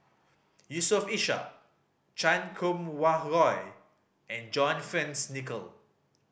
Yusof Ishak Chan Kum Wah Roy and John Fearns Nicoll